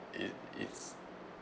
it is